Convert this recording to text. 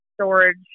storage